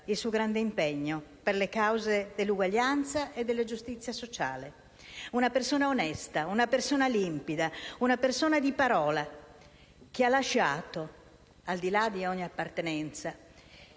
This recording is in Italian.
il suo grande impegno per le cause dell'uguaglianza e della giustizia sociale. Era una persona onesta, limpida e di parola che ha lasciato, al di là di ogni appartenenza,